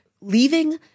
leaving